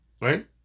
Right